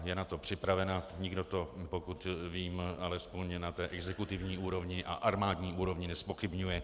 Je na to připravena, nikdo to, pokud vím, alespoň na té exekutivní úrovni a armádní úrovni, nezpochybňuje.